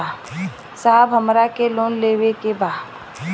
साहब हमरा के लोन लेवे के बा